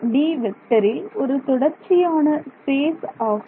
D ஒரு தொடர்ச்சியான space ஆகும்